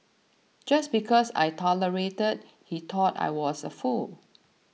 just because I tolerated he thought I was a fool